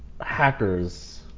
hackers